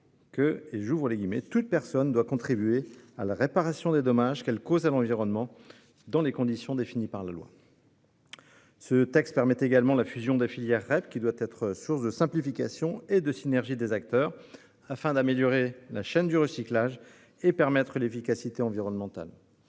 :« Toute personne doit contribuer à la réparation des dommages qu'elle cause à l'environnement dans les conditions définies par la loi. » Ce texte permet également la fusion des filières REP, qui doit être source de simplification et de synergie des acteurs, afin d'améliorer la chaîne du recyclage et de permettre l'efficacité environnementale.